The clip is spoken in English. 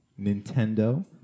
Nintendo